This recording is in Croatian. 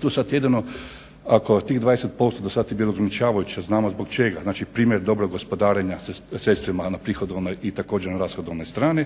Tu sad jedino ako tih 20% do sad je bilo … znamo zbog čega, znači primjer dobrog gospodarenja sredstvima na prihodovnoj i također na rashodovnoj strani